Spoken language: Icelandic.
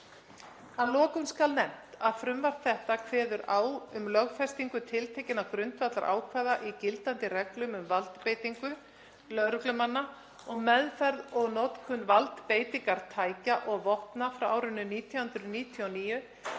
Að lokum skal nefnt að frumvarp þetta kveður á um lögfestingu tiltekinna grundvallarákvæða í gildandi reglum um valdbeitingu lögreglumanna og meðferð og notkun valdbeitingartækja og vopna frá árinu 1999